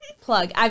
Plug